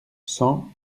cent